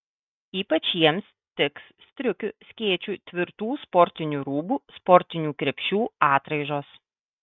ypač jiems tiks striukių skėčių tvirtų sportinių rūbų sportinių krepšių atraižos